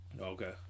Okay